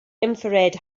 infrared